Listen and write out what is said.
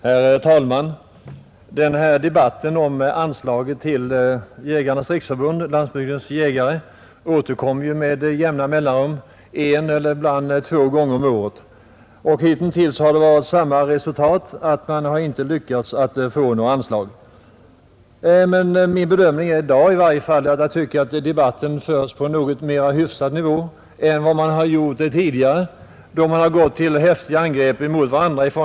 Herr talman! Debatten om anslaget till Jägarnas riksförbund— Landsbygdens jägare återkommer med jämna mellanrum en och ibland två gånger om året. Hittills har resultatet blivit detsamma — man har inte lyckats få något anslag. Min bedömning i dag är att jag tycker att debatten nu förs på en något mer hyfsad nivå än tidigare, då representanter för de båda organisationerna gått till häftiga angrepp mot varandra.